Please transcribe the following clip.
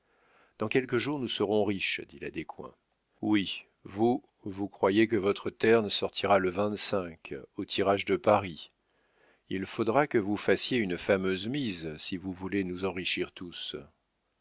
dans quelques jours nous serons riches dit la descoings oui vous vous croyez que votre terne sortira le au tirage de paris il faudra que vous fassiez une fameuse mise si vous voulez nous enrichir tous